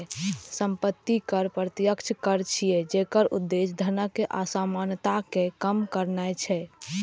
संपत्ति कर प्रत्यक्ष कर छियै, जेकर उद्देश्य धनक असमानता कें कम करनाय छै